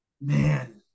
man